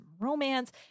romance